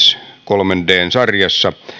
kolmen dn sarjassa tietysti tämä defence